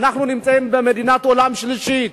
אנחנו נמצאים במדינת העולם השלישי.